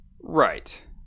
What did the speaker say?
Right